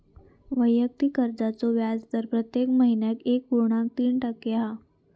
वैयक्तिक कर्जाचो व्याजदर प्रत्येक महिन्याक एक पुर्णांक तीन टक्के हा